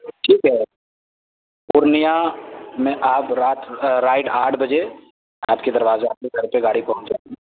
ٹھیک ہے پورنیہ میں آپ رات رائٹ آٹھ بجے آپ کے دروازہ آپ کے گھر پہ گاڑی پہنچ جائے گی